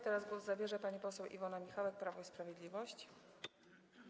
Teraz głos zabierze pani poseł Iwona Michałek, Prawo i Sprawiedliwość.